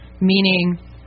meaning